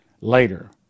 Later